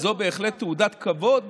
וזו בהחלט תעודת כבוד